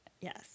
Yes